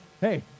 hey